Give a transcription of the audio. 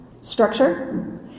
Structure